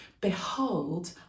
behold